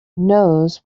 knows